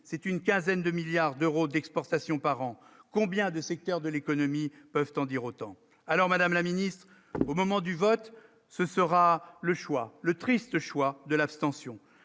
c'est une quinzaine de milliards d'euros d'exportation par an, combien de secteurs de l'économie peuvent en dire autant alors Madame la Ministre, au moment du vote, ce sera le choix le triste choix de l'abstention,